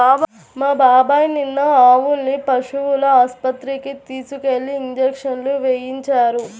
మా బాబాయ్ నిన్న ఆవుల్ని పశువుల ఆస్పత్రికి తీసుకెళ్ళి ఇంజక్షన్లు వేయించారు